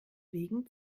wegen